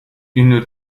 une